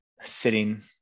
sitting